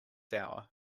hour